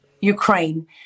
Ukraine